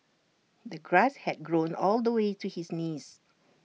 the grass had grown all the way to his knees